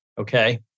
Okay